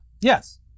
Yes